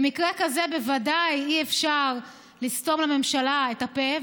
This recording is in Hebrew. במקרה כזה בוודאי אי-אפשר לסתום לממשלה את הפה,